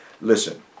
Listen